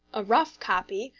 a rough copy,